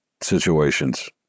situations